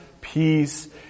peace